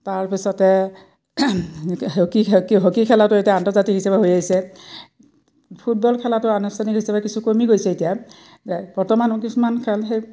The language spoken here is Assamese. তাৰপিছতে হকী হকী খেলাটো এতিয়া আন্তৰ্জাতিক হিচাপে হৈ আহিছে ফুটবল খেলাটো আনুষ্ঠানিক হিচাপে কিছু কমি গৈছে এতিয়া বৰ্তমানো কিছুমান খেল সেই